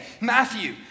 Matthew